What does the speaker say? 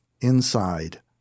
inside